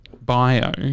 bio